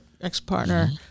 ex-partner